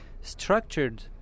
structured